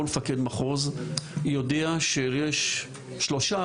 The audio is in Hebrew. כל מפקד מחוז יודע שיש שלושה,